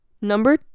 Number